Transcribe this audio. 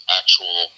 actual